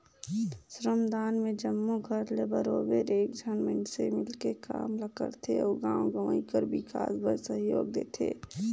श्रमदान में जम्मो घर ले बरोबेर एक झन मइनसे मिलके काम ल करथे अउ गाँव गंवई कर बिकास में सहयोग देथे